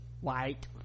White